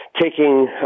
taking